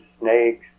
snakes